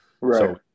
Right